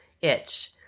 itch